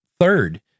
third